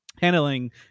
handling